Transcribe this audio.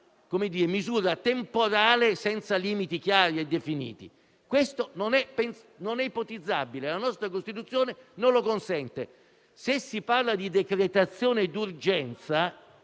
avere una misura temporale senza limiti chiari e definiti non è ipotizzabile (la nostra Costituzione non lo consente). Se si parla di decretazione d'urgenza,